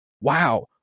wow